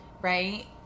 Right